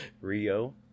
rio